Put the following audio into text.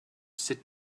sit